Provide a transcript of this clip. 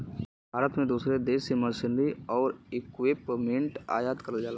भारत में दूसरे देश से मशीनरी आउर इक्विपमेंट आयात करल जाला